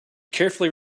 carefully